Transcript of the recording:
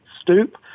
stoop